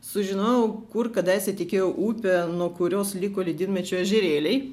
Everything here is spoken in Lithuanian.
sužinojau kur kadaise tekėjo upė nuo kurios liko ledynmečio ežerėliai